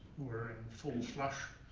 who are in full flush.